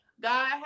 God